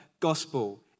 Gospel